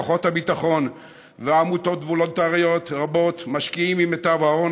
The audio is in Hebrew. כוחות הביטחון ועמותות וולונטריות רבות משקיעים ממיטב ההון